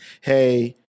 Hey